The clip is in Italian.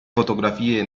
fotografie